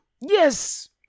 yes